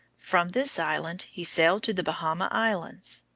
from this island he sailed to the bahama islands.